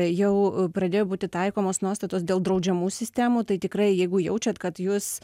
jau pradėjo būti taikomos nuostatos dėl draudžiamų sistemų tai tikrai jeigu jaučiat kad jūs